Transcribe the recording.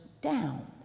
down